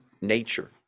nature